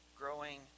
growing